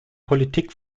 politik